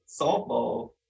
softball